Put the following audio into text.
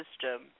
system